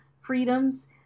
freedoms